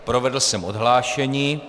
Provedl jsem odhlášení.